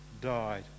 died